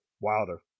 wilder